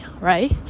right